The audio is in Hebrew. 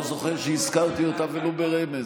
לא זוכר שהזכרתי אותה ולו ברמז.